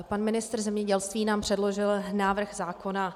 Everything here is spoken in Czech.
Pan ministr zemědělství nám předložil návrh zákona.